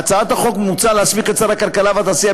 בהצעת החוק מוצע להסמיך את שר הכלכלה והתעשייה,